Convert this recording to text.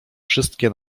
wszystkie